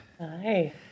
Hi